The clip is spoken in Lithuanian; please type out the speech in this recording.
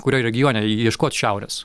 kurioj regione ieškot šiaurės